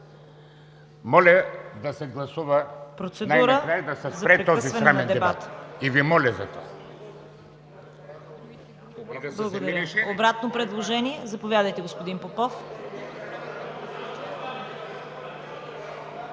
Моля да се гласува и най-накрая да се спре този срамен дебат. И Ви моля за това.